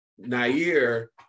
Nair